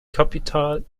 kapital